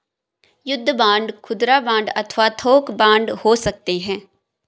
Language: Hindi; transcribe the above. युद्ध बांड खुदरा बांड अथवा थोक बांड हो सकते हैं